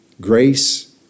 Grace